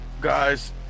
Guys